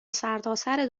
سرتاسر